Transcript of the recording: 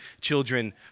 children